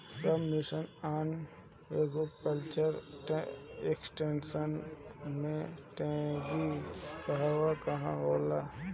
सब mission on agriculture extension मै टेरेनीं कहवा कहा होला?